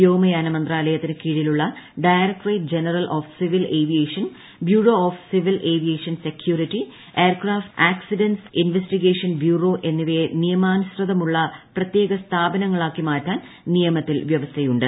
വ്യോമയാന മന്ത്രാലയത്തിന് കീഴിലുള്ള directorate general of civil aviation bureau of civil aviation security aircraft accidents investigation bureau എന്നിവയെ നിയമാനുസൃതമുള്ള പ്രത്യേക സ്ഥാപനങ്ങളാക്കി മാറ്റാൻ നിയമത്തിൽ വൃവസ്ഥയുണ്ട്